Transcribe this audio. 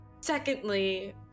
Secondly